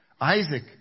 Isaac